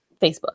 Facebook